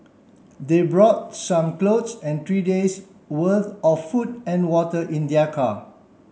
they brought some clothes and three day's worth of food and water in their car